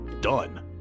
done